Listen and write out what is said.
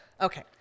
Okay